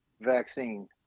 vaccine